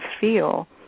feel